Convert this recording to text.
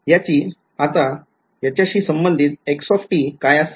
आता ह्याच्याशी संबंधित x काय असेल